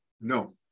No